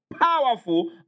powerful